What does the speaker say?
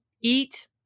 eat